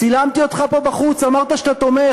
צילמתי אותך פה בחוץ, אמרת שאתה תומך.